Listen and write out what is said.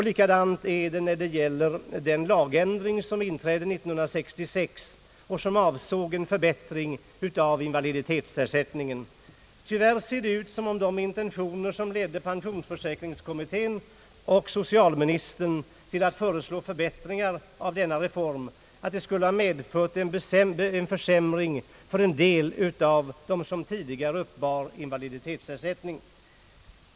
Likadant är det när det gäller den lagändring som genomfördes 1966 och som avsåg en förbättring av invaliditetsersättningen. Tyvärr ser det ut som om de intentioner som ledde pensionsförsäkringskommittén och socialministern till att föreslå förbättringar av denna reform skulle ha medfört en försämring för en del av dem som tidigare uppbar invaliditetsersättning.